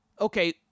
Okay